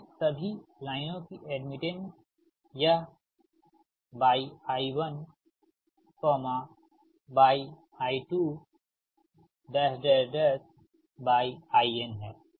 तो इस सभी लाइनों की एड्मिटेंस यह yi 1yi 2yi n है